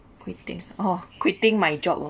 quitting oh quitting my job oh